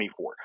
24